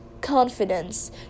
confidence